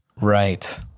Right